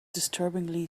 disturbingly